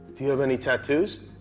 do you have any tattoos?